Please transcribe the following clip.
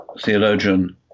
theologian